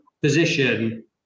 position